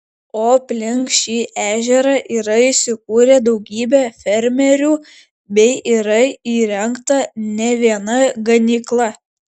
o alpink šį ežerą yra įsikūrę daugybę fermerių bei yra įrengta ne viena ganykla